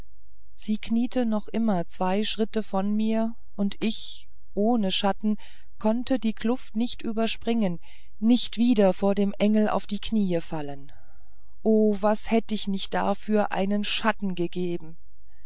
sie kniete noch immer zwei schritte von mir und ich ohne schatten konnte die kluft nicht überspringen nicht wieder vor dem engel auf die kniee fallen oh was hätt ich nicht da für einen schatten gegeben